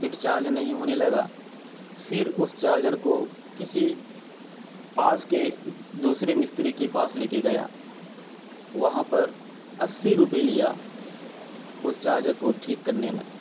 پھر چارج نہیں ہونے لگا پھر اس چارجر کو کسی پاس کے دوسرے مستری کے پاس لے کے گیا وہاں پر اسی روپے لیا اس چارجر کو ٹھیک کرنے میں